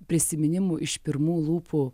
prisiminimų iš pirmų lūpų